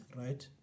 right